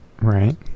Right